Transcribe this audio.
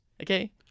Okay